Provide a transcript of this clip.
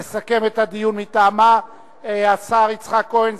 יסכם את הדיון מטעמה השר יצחק כהן,